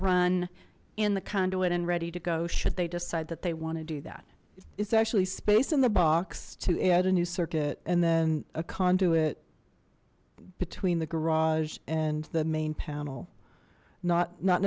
run in the conduit and ready to go should they decide that they want to do that it's actually space in the box to add a new circuit and then a conduit between the garage and the main panel not not